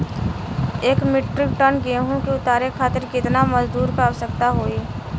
एक metric tonne गेहूँ के उतारे खातीर कितना मजदूर क आवश्यकता होई?